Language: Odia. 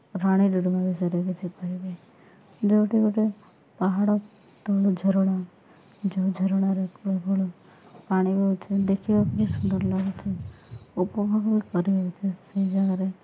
ରାଣୀ ଡୁଡ଼ୁମା ବିଷୟରେ କିଛି କହିବି ଯେଉଁଠି ଗୋଟେ ପାହାଡ଼ ତଳୁ ଝରଣା ଯେଉଁ ଝରଣାରେ କୁଳୁ କୁଳୁ ପାଣି ବହୁଛି ଦେଖିବାକୁ ବି ସୁନ୍ଦର ଲାଗୁଛି ଉପଭୋଗ ବି କରି ହେଉଛି ସେହି ଜାଗାରେ